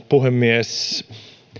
puhemies